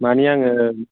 मानि आङो